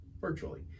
virtually